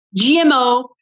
GMO